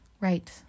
Right